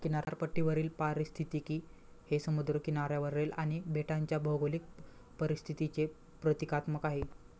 किनारपट्टीवरील पारिस्थितिकी हे समुद्र किनाऱ्यावरील आणि बेटांच्या भौगोलिक परिस्थितीचे प्रतीकात्मक आहे